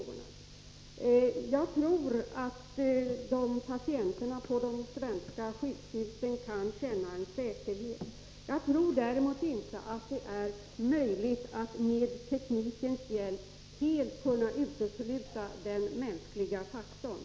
Jag tror att patienterna på de svenska sjukhusen kan känna säkerhet. Jag tror däremot inte att det är möjligt att med teknikens hjälp helt eliminera den mänskliga faktorn.